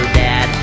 dad